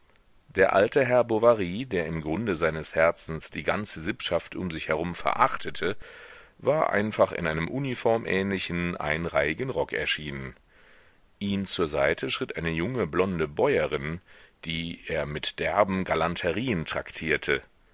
der alte herr bovary der im grunde seines herzens die ganze sippschaft um sich herum verachtete war einfach in einem uniformähnlichen einreihigen rock erschienen ihm zur seite schritt eine junge blonde bäuerin die er mir derben galanterien traktierte